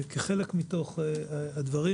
כחלק מתוך הדברים,